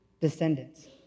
descendants